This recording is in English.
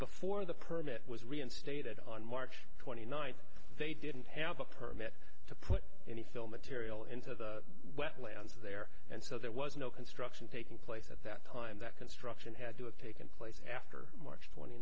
before the permit was reinstated on march twenty ninth they didn't have a permit to put any film material into the wetlands there and so there was no construction taking place at that time that construction had to of taken place after m